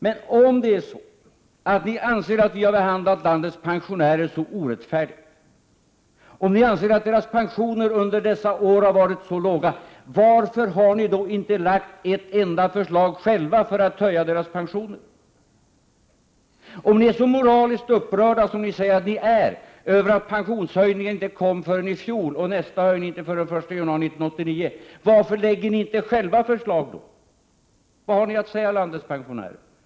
Men om ni anser att vi har behandlat landets pensionärer så orättfärdigt och om ni anser att deras pensioner under dessa år har varit för låga, varför har ni då själva inte lagt fram ett enda förslag för att höja deras pensioner? Om ni är så moraliskt upprörda som ni säger att ni är över att höjningen av pensionen inte kom förrän i fjol och nästa höjning inte kommer förrän den 1 januari 1989, varför lägger ni då inte själva fram förslag? Vad har ni att säga landets pensionärer?